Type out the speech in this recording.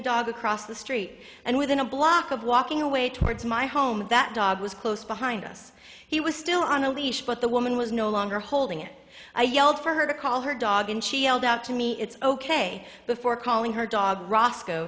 dog across the street and within a block of walking away towards my home that dog was close behind us he was still on a leash but the woman was no longer holding it i yelled for her to call her dog and she yelled out to me it's ok before calling her dog roscoe